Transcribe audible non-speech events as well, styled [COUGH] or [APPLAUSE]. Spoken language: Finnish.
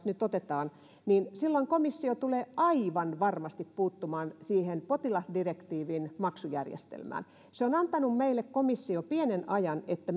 [UNINTELLIGIBLE] nyt otetaan niin silloin komissio tulee aivan varmasti puuttumaan siihen potilasdirektiivin maksujärjestelmään komissio on antanut meille pienen ajan että [UNINTELLIGIBLE]